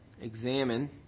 examine